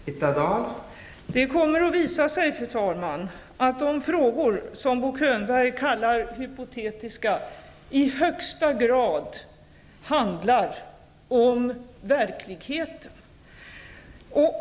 Fru talman! Det kommer att visa sig att de frågor som Bo Könberg kallar hypotetiska i högsta grad handlar om verkligheten.